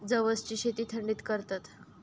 जवसची शेती थंडीत करतत